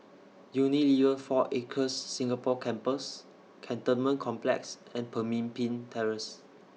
Unilever four Acres Singapore Campus Cantonment Complex and Pemimpin Terrace